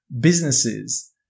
businesses